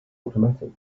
automatic